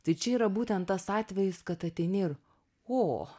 tai čia yra būtent tas atvejis kad ateini ir o